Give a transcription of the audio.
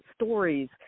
stories